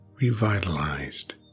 revitalized